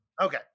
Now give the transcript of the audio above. Okay